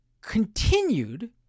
Continued